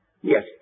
yes